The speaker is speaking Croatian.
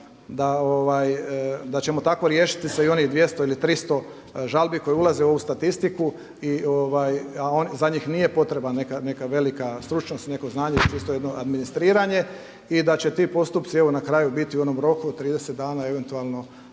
da ćemo tako riješiti se i onih 200 ili 300 žalbi koje ulaze u ovu statistiku, a za njih nije potrebna velika stručnost i neko znanje je čisto jedno administriranje i da će ti postupci na kraju biti u onom roku od 30 dana eventualno